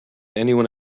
anyone